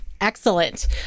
Excellent